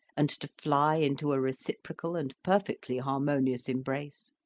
and to fly into a reciprocal and perfectly harmonious embrace.